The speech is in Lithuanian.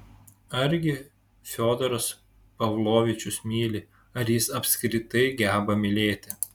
argi fiodoras pavlovičius myli ar jis apskritai geba mylėti